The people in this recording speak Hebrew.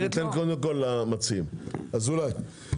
אני אתן למציעים, אזולאי.